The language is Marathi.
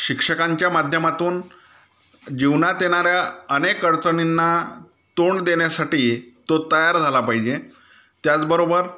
शिक्षकांच्या माध्यमातून जीवनात येणाऱ्या अनेक अडचणींना तोंड देण्यासाठी तो तयार झाला पाहिजे त्याचबरोबर